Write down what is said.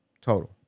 Total